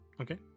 Okay